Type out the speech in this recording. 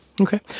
okay